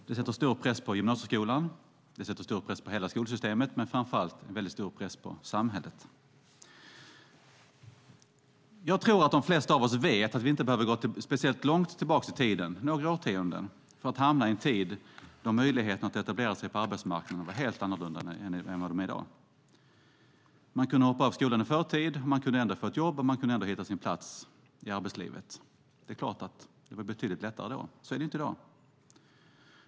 Det sätter stor press på gymnasieskolan. Det sätter stor press på hela skolsystemet, men framför allt väldigt stor press på samhället. Jag tror att de flesta av oss vet att vi inte behöver gå speciellt långt tillbaka i tiden, några årtionden, för att hamna i en tid då möjligheten att etablera sig på arbetsmarknaden var helt annorlunda än den är i dag. Man kunde hoppa av skolan i förtid. Man kunde ändå få ett jobb, och man kunde ändå hitta sin plats i arbetslivet. Det är klart att det blir betydligt lättare då. Så är det inte i dag.